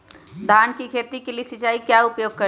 धान की खेती के लिए सिंचाई का क्या उपयोग करें?